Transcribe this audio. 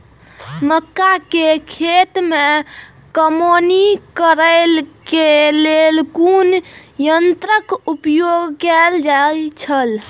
मक्का खेत में कमौनी करेय केय लेल कुन संयंत्र उपयोग कैल जाए छल?